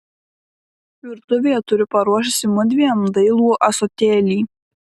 virtuvėje turiu paruošusi mudviem dailų ąsotėlį